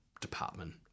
department